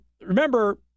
Remember